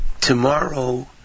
tomorrow